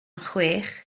chwech